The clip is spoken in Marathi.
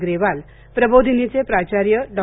ग्रेवाल प्रबोधिनीचे प्राचार्य डॉ